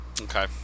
Okay